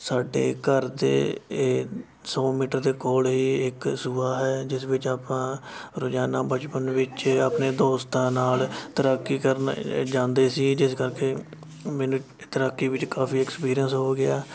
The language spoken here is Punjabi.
ਸਾਡੇ ਘਰ ਦੇ ਇਹ ਸੌ ਮੀਟਰ ਦੇ ਕੋਲ ਹੀ ਇੱਕ ਸੂਆ ਹੈ ਜਿਸ ਵਿੱਚ ਆਪਾਂ ਰੋਜ਼ਾਨਾ ਬਚਪਨ ਵਿੱਚ ਆਪਣੇ ਦੋਸਤਾਂ ਨਾਲ ਤੈਰਾਕੀ ਕਰਨ ਜਾਂਦੇ ਸੀ ਜਿਸ ਕਰਕੇ ਮੈਨੂੰ ਤਰਾਕੀ ਵਿੱਚ ਕਾਫੀ ਐਕਸਪੀਰੀਅਂਸ ਹੋ ਗਿਆ